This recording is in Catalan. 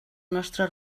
nostre